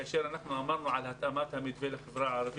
כאשר אנחנו דיברנו על התאמת המתווה לחברה הערבית,